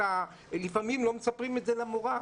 לפעמים לא מספרים את זה למורה,